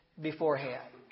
beforehand